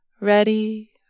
ready